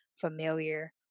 familiar